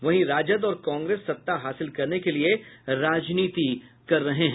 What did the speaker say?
वहीं राजद और कांग्रेस सत्ता हासिल करने के लिए राजनीति करती है